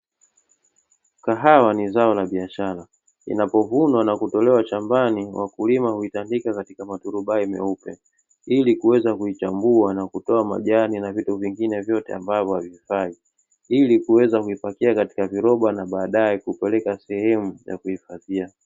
Kahawa ni zao la biashara inapovunwa na kutolewa chambani wakulima hulitajika katika maturubai meupe, ili kuweza kuichambua na kutoa majani na vitu vingine vyote ambavyo havifai; ili kuweza kuipakia katika viroba na baadaye kupeleka sehemu ya kuhifadhia.